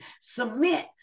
Submit